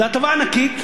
זו הטבה ענקית,